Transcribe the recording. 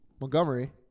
Montgomery